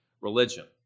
religion